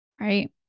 right